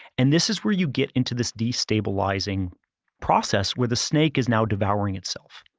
and this is where you get into this destabilizing process where the snake is now devouring itself.